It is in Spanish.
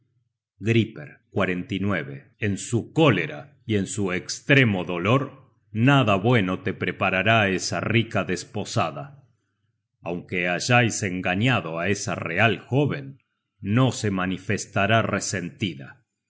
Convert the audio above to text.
search generated at griper en su cólera y en su estremo dolor nada bueno te preparará esa rica desposada aunque hayais engañado á esa real jóven no se manifestará resentida